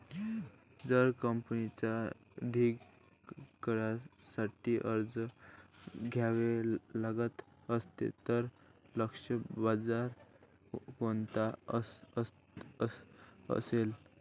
जर कंपनीला दीर्घ काळासाठी कर्ज घ्यावे लागत असेल, तर लक्ष्य बाजार कोणता असेल?